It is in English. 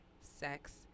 sex